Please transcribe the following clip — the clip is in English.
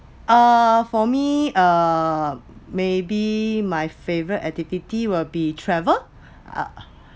uh for me uh maybe my favourite activity will be travel